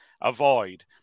avoid